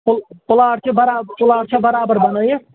پُو plot چھُ بَرا plot چھا بَرابر بَنٲیِتھ